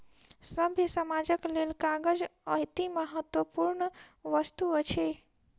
सभ्य समाजक लेल कागज अतिमहत्वपूर्ण वस्तु अछि